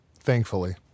thankfully